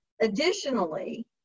Additionally